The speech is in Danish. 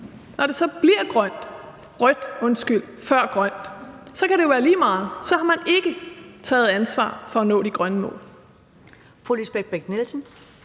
og det så bliver rødt før grønt, så kan det jo være lige meget. Så har man ikke taget ansvar for at nå de grønne mål.